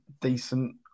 decent